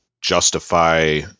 justify